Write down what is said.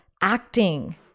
acting